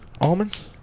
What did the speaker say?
Almonds